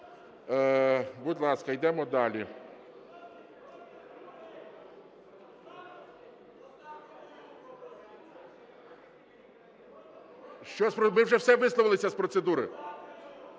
Будь ласка, йдемо далі. Ви вже все, висловилися з процедури.